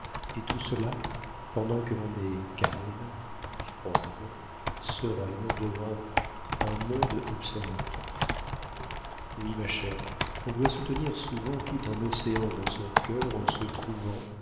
et tout cela pendant que l'on est calme froide sereine devant un monde observateur oui ma chère on doit soutenir souvent tout un océan dans son cœur en se trouvant